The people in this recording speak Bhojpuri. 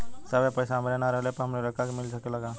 साहब ए पैसा हमरे ना रहले पर हमरे लड़का के मिल सकेला का?